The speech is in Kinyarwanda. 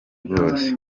rwose